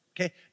okay